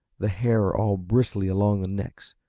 the hair all bristly along the necks,